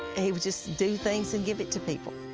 he would just do things and give it to people.